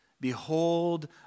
Behold